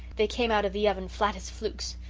they came out of the oven flat as flukes.